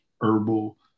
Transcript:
herbal